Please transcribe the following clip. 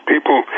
People